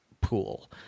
pool